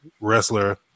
wrestler